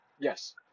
Yes